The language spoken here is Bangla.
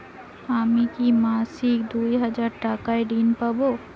আমি কি মাসিক দুই হাজার টাকার ঋণ পাব?